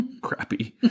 crappy